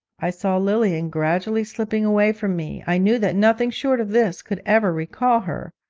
i saw lilian gradually slipping away from me, i knew that nothing short of this could ever recall her,